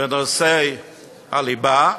בנושא הליבה,